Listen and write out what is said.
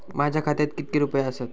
माझ्या खात्यात कितके रुपये आसत?